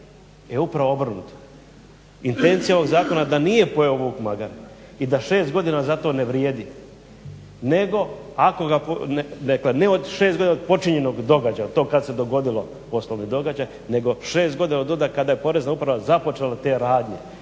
E, upravo obrnuto. Intencija ovog zakona je da nije pojeo vuk magare i da 6 godina za to ne vrijedi nego ako ga, dakle ne 6 godina od počinjenog događaja to kad se dogodilo nego 6 godina od onda kada je Porezna uprava započela te radnje.